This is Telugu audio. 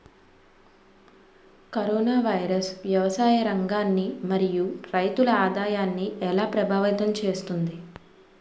కరోనా వైరస్ వ్యవసాయ రంగాన్ని మరియు రైతుల ఆదాయాన్ని ఎలా ప్రభావితం చేస్తుంది?